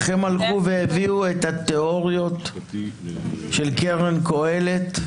הם הביאו את התיאוריות של קרן קהלת.